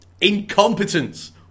incompetence